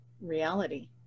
reality